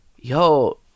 Yo